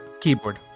keyboard